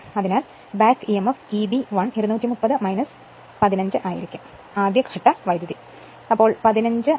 അതിനാൽ back Emf Eb 1 230 15 ആയിരിക്കും ആദ്യ ഘട്ട കറന്റ്